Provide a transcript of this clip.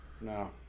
No